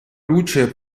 luce